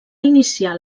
iniciar